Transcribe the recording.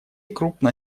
крупно